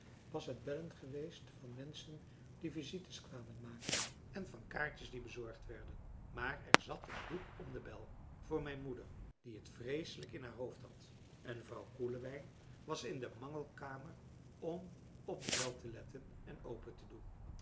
was het bellen geweest van menschen die visites kwamen maken en van kaartjes die bezorgd werden maar er zat een doek om de bel voor mijn moeder die het vreeslijk in haar hoofd had en vrouw koelewijn was in françois haverschmidt familie en kennissen de mangelkamer om op de bel te letten en open te doen